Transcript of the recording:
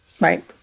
Right